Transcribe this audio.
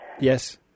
Yes